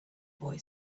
boy